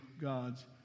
God's